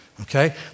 Okay